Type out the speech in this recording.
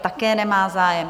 Také nemá zájem.